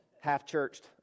half-churched